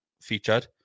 featured